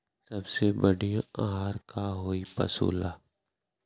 सबसे बढ़िया आहार का होई पशु ला?